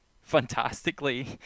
fantastically